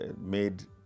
made